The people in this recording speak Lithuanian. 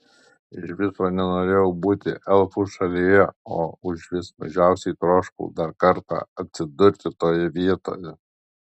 iš viso nenorėjau būti elfų šalyje o užvis mažiausiai troškau dar kartą atsidurti toje vietoje